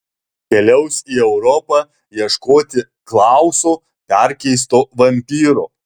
keliaus į europą ieškoti klauso perkeisto vampyro